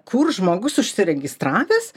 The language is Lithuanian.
kur žmogus užsiregistravęs